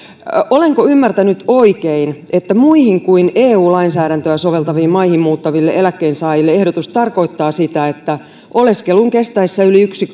olenko ymmärtänyt oikein että muihin kuin eu lainsäädäntöä soveltaviin maihin muuttaville eläkkeensaajille ehdotus tarkoittaa sitä että oleskelun kestäessä